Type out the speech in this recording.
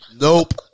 Nope